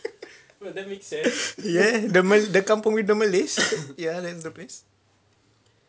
ya the kampung with the malays ya that place